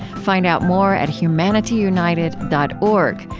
find out more at humanityunited dot org,